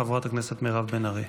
חברת הכנסת מירב בן ארי.